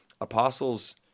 apostles